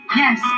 yes